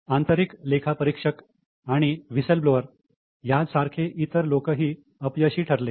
आंतरिक लेखा परीक्षक आणि विसलब्लोअर यांसारखे इतर लोकही अपयशी ठरले